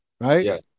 Right